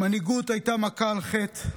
מנהיגות הייתה מכה על חטא.